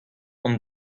hon